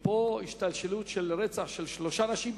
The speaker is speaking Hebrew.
מפה השתלשלות של רצח של שלושה אנשים,